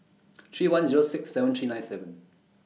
three one Zero six seven three nine seven